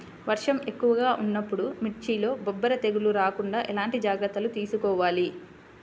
వర్షం ఎక్కువగా ఉన్నప్పుడు మిర్చిలో బొబ్బర తెగులు రాకుండా ఎలాంటి జాగ్రత్తలు తీసుకోవాలి?